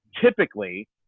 typically